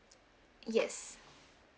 yes